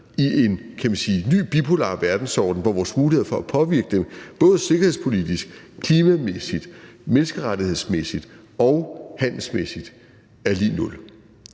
sige, ny bipolar verdensorden, hvor vores muligheder for at påvirke det både sikkerhedspolitisk, klimamæssigt, menneskerettighedsmæssigt og handelsmæssigt er lig nul.